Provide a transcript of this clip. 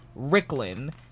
ricklin